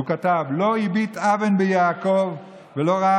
והוא כתב "לא הביט אָוֶן ביעקב ולא ראה